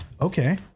Okay